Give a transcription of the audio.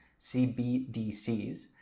CBDCs